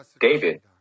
David